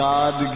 God